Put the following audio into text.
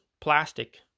plastic